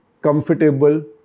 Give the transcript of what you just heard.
comfortable